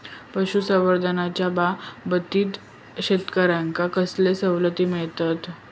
पशुसंवर्धनाच्याबाबतीत शेतकऱ्यांका कसले सवलती मिळतत?